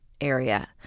area